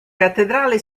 cattedrale